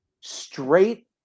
straight